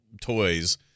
toys